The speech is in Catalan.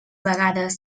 vegades